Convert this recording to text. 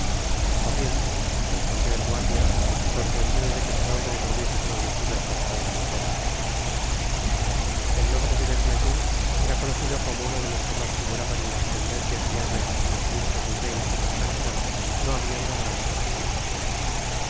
corriente respondió et guardia sorprendido de que su nombre no hubiese producido efecto en el jóven el nombre de bernajoux era conocido como uno de los qne mas figuraban en tas pendencias diarias que los edictos del rey y del cardenal no habian logrado reprimir